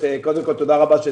ל-20 אחוזים?